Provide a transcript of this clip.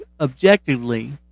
objectively